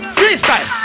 Freestyle